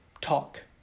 talk